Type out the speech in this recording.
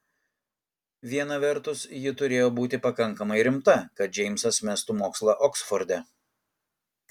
viena vertus ji turėjo būti pakankamai rimta kad džeimsas mestų mokslą oksforde